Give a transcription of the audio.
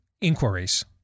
inquiries